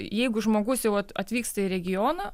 jeigu žmogus jau atvyksta į regioną